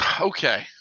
Okay